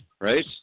right